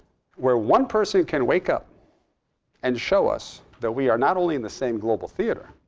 where one person can wake up and show us that we are not only in the same global theater,